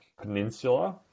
Peninsula